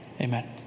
Amen